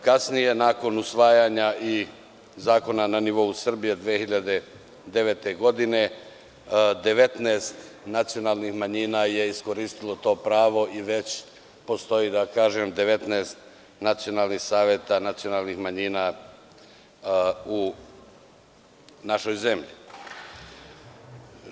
Kasnije, nakon usvajanja zakona na nivou Srbije 2009. godine 19 nacionalnih manjina je iskoristilo to pravo i već postoji 19 nacionalnih saveta nacionalnih manjina u našoj zemlji.